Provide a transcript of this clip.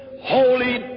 Holy